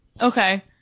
Okay